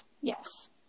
Yes